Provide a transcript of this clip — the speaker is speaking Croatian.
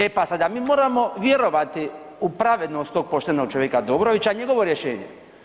E pa sada mi moramo vjerovati u pravednost tog poštenog čovjeka Dobrovića u njegovo rješenje.